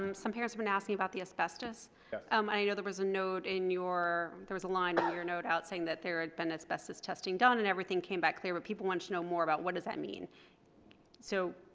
um some parents have been asking about the asbestos um i know there was a note in your there was a line of your note out saying that there had been asbestos testing done and everything came back clear but people want to know more about what does that mean so